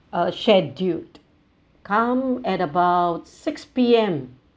uh scheduled come at about six P_M